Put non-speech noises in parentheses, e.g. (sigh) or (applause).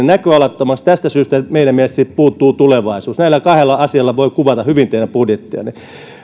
(unintelligible) näköalattomaksi tästä syystä meidän mielestämme siitä puuttuu tulevaisuus näillä kahdella asialla voi kuvata hyvin teidän budjettianne